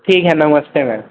ठीक हे नमस्ते मैम